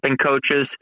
coaches